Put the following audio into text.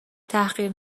تحقیر